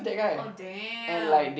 oh damn